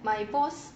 my boss